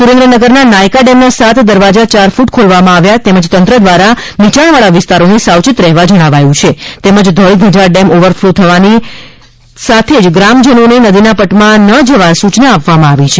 સુરેન્દ્રનગરના નાયકા ડેમના સાત દરવાજા ચાર ફૂટ ખોલવામાં આવ્યા તેમજ તંત્ર દ્વારા નીચાણવાળા વિસ્તારને સાવચેત રહેવા જણાવ્યું છે તેમજ ધોળીધજા ડેમ ઓવરફલો થવાથી ગ્રામજનોને નદીના પટમાં ન જવા સૂચના આપવામાં આવી છે